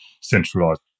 centralized